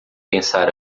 pensar